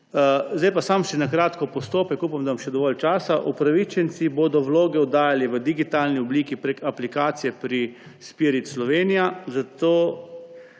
Sedaj pa samo na kratko postopek, upam, da imam še dovolj časa. Upravičenci bodo vloge oddajali v digitalni obliki prek aplikacije pri Spirit Slovenija, zato